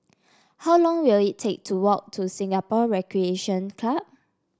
how long will it take to walk to Singapore Recreation Club